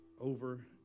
over